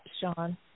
Sean